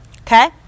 okay